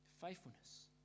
faithfulness